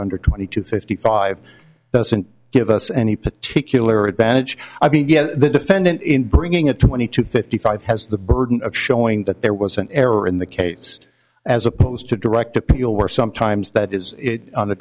under twenty two fifty five doesn't give us any particular advantage i mean the defendant in bringing a twenty to fifty five has the burden of showing that there was an error in the case as opposed to direct appeal where sometimes that is